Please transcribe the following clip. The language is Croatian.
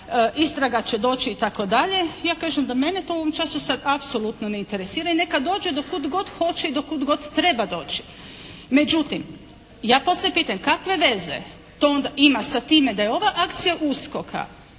istraga će doći itd. Ja kažem da mene to u ovom času sad apsolutno ne interesira i neka dođe do kud god hoće i do kud god treba doći. Međutim ja postavljam pitanje, kakve veze to ima sa time da je ova akcija USKOK-a